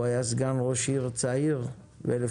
הוא היה סגן ראש עיר צעיר ב-1998,